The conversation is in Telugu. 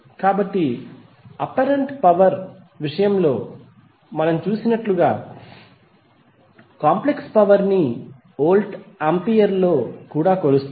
కాబట్టి అప్పారెంట్ పవర్ విషయంలో మనం చూసినట్లుగా కాంప్లెక్స్ పవర్ ని వోల్ట్ ఆంపియర్ లో కూడా కొలుస్తారు